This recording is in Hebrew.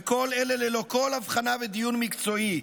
וכל אלה ללא כל הבחנה ודיון מקצועי".